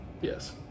Yes